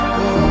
go